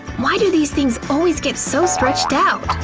why do these things always get so stretched out?